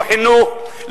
לא חינוך,